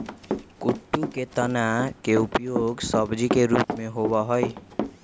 कुट्टू के तना के उपयोग सब्जी के रूप में होबा हई